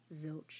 zilch